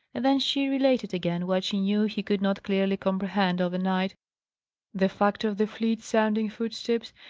and then she related again what she knew he could not clearly comprehend over night the fact of the fleet-sounding footsteps,